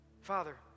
Father